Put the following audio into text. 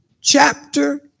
chapter